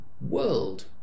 world